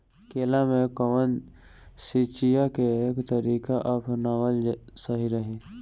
केला में कवन सिचीया के तरिका अपनावल सही रही?